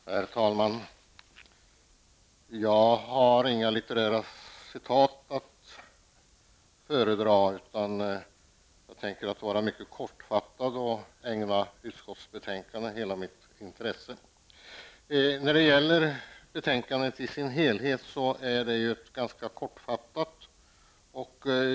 Herr talman! Jag har inga litterära citat att föredra. Jag tänker fatta mig mycket kort och ägna utskottsbetänkandet hela mitt intresse. Betänkandet i dess helhet är ganska kortfattat.